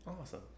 Awesome